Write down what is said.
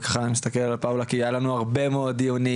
וככה אני מסתכל על פאולה כי היו לנו הרבה מאוד דיונים,